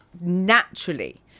naturally